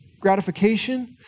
gratification